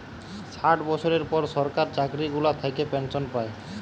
ষাট বছরের পর সরকার চাকরি গুলা থাকে পেনসন পায়